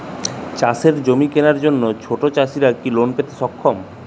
চাষের জমি কেনার জন্য ছোট চাষীরা কি লোন পেতে সক্ষম?